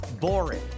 boring